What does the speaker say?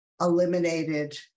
eliminated